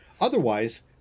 Otherwise